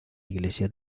iglesia